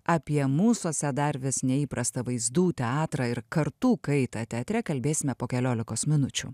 apie mūsuose dar vis neįprastą vaizdų teatrą ir kartų kaitą teatre kalbėsime po keliolikos minučių